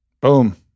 Boom